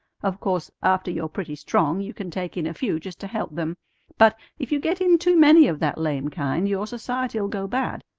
of course after you're pretty strong you can take in a few just to help them but, if you get in too many of that lame kind, your society'll go bad.